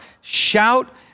Shout